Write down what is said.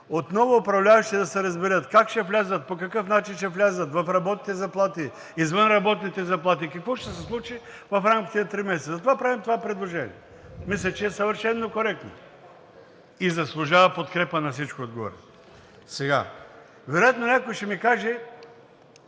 отново да се разберат как ще влязат, по какъв начин ще влязат – в работните заплати ли, извънработните заплати ли, какво ще се случи в рамките на три месеца? Затова правим това предложение. Мисля, че е съвършено коректно и заслужава подкрепа на всичко отгоре. Вероятно някой ще ми каже,